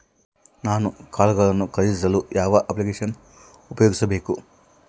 ನಾನು ಕಾಳುಗಳನ್ನು ಖರೇದಿಸಲು ಯಾವ ಅಪ್ಲಿಕೇಶನ್ ಉಪಯೋಗಿಸಬೇಕು?